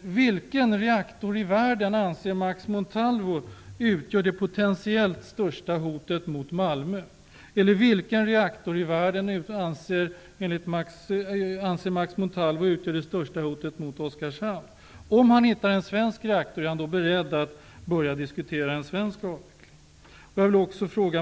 vill därför fråga Max Montalvo utgör det potentiellt största hotet mot Malmö? Eller: Vilken reaktor i världen utgör det största hotet mot Oskarshamn? Om Max Montalvo anser att det största hotet är en svensk reaktor, är han då beredd att börja att diskutera en svensk avveckling?